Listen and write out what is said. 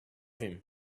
him